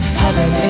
heaven